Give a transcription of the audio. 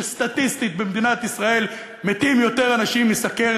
שסטטיסטית במדינת ישראל מתים יותר אנשים מסוכרת